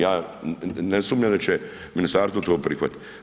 Ja ne sumnjam da će ministarstvo to prihvatit.